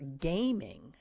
gaming